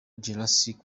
jurassic